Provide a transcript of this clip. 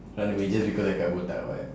run away just because I cut botak [what]